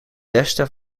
westen